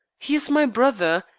he is my brother,